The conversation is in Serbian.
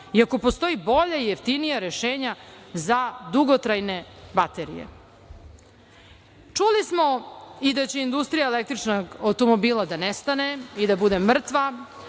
i ako postoje bolja i jeftinija rešenja za dugotrajne baterije. Čuli smo i da će industrija električnih automobila da nestane i da bude mrtva,